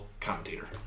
commentator